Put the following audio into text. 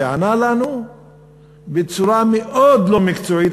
וענה לנו בצורה מאוד לא מקצועית,